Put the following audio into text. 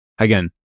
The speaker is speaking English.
Again